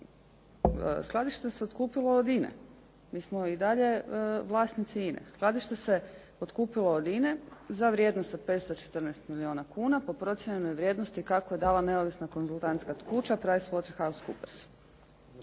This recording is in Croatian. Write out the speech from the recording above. skladište se otkupilo od INE, mi smo i dalje vlasnici INA-e, skladište se otkupilo od INA-e za vrijednost od 514 milijuna kuna, po procijenjenoj vrijednosti kako je dala neovisna konzultantska kuća Price Waterhouse Coopers.